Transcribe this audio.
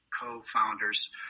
co-founders